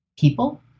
people